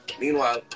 Meanwhile